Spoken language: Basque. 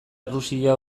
errusia